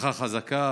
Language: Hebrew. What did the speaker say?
המשפחה חזקה,